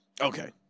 Okay